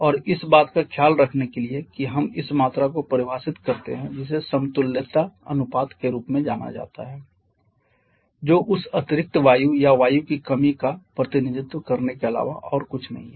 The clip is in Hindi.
और इस बात का ख्याल रखने के लिए कि हम इस मात्रा को परिभाषित करते हैं जिसे समतुल्यता अनुपात के रूप में जाना जाता है जो उस अतिरिक्त वायु या वायु की कमी का प्रतिनिधित्व करने के अलावा और कुछ नहीं है